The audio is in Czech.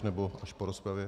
Nebo až po rozpravě?